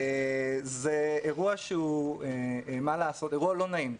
זה אירוע, מה לעשות, אירוע לא נעים.